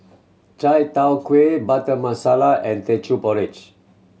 chai tow kway Butter Masala and Teochew Porridge